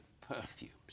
perfumes